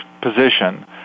position